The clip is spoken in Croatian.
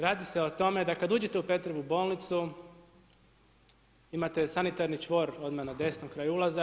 Radi se o tome da kad uđete u Petrovu bolnicu, imate sanitarni čvor odmah na desno kraj ulaza.